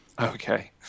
Okay